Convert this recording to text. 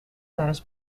tijdens